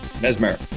Mesmer